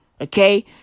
Okay